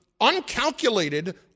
uncalculated